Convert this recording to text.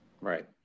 Right